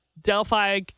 Delphi